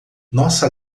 nossa